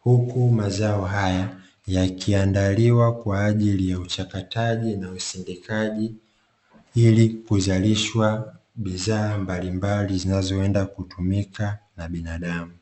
huku mazao haya yakiandaliwa kwa ajili ya uchakataji na usindikaji ili kuzalishwa bidhaa mbalimbali zinazoenda kutumika na binadamu.